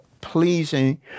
pleasing